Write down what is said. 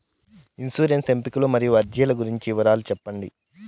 insurance ఎంపికలు మరియు అర్జీల గురించి వివరాలు సెప్పండి